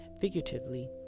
Figuratively